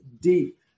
deep